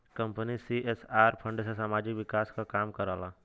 company CSR fund से सामाजिक विकास क काम करला